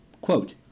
Quote